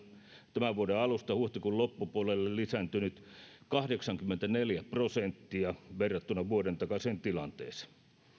tämän vuoden alusta huhtikuun loppupuolelle lisääntynyt kahdeksankymmentäneljä prosenttia verrattuna vuoden takaiseen tilanteeseen